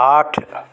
आठ